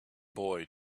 boy